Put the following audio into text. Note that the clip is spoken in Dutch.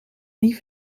niet